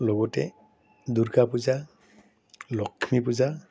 লগতে দুৰ্গা পূজা লক্ষ্মী পূজা